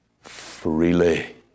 freely